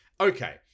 Okay